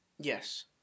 Yes